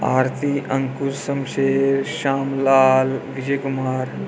Aarti Anku Shamsher Shambhu Lal Vijay Kumar